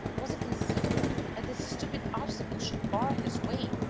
was it conceivable that this stupid obstacle should bar his way?